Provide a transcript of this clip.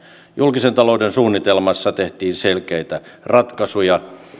julkisen talouden suunnitelmassa tehtiin selkeitä ratkaisuja muun